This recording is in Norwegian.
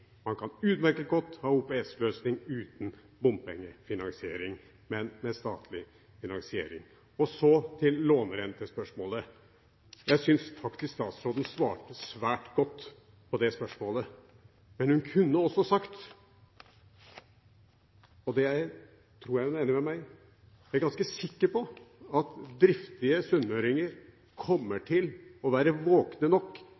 Man kan utmerket godt ha OPS-løsning uten bompengefinansiering, men med statlig finansiering. Så til lånerentespørsmålet: Jeg syns statsråden svarte svært godt på det spørsmålet. Men hun kunne også sagt – og det tror jeg hun er enig med meg i: Jeg er ganske sikker på at driftige sunnmøringer kommer til å være våkne nok